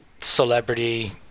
celebrity